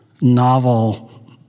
novel